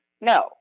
no